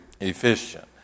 efficient